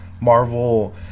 marvel